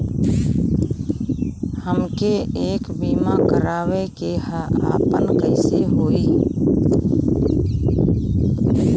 हमके एक बीमा करावे के ह आपन कईसे होई?